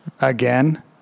again